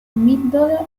middle